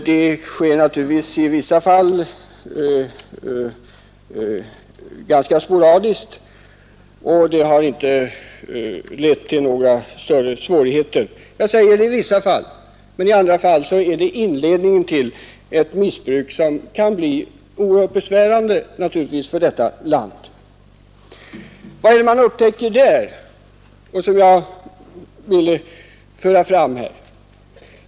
Det sker naturligtvis i vissa fall ganska sporadiskt och har då inte lett till några större svårigheter, men i andra fall är det inledningen till ett missbruk som naturligtvis kan bli oerhört besvärande för detta land. Vad är det man upptäcker där, som jag nu vill föra fram?